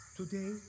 today